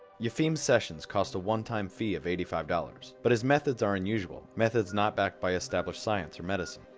yefim's sessions cost a one-time fee of eighty five dollars, but his methods are unusual. methods not backed by established science or medicine.